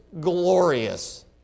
glorious